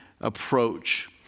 approach